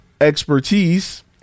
expertise